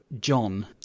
John